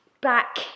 back